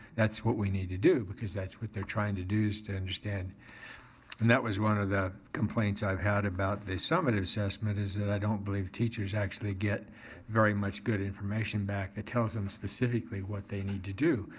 that's what we need to do because that's what they're trying to do is to understand and that was one of the complaints i've had about the summative assessment is that i don't believe teachers actually get very much good information back that tells them specifically what they need to do.